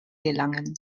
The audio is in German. gelangen